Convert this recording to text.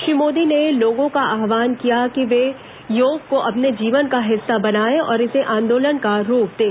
श्री मोदी ने लोगों का आह्वान किया कि वे योग को अपने जीवन का हिस्सा बनायें और इसे आंदोलन का रूप दें